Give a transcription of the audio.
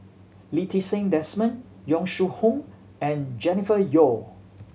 Lee Ti Seng Desmond Yong Shu Hoong and Jennifer Yeo